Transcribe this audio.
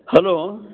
hello